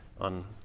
on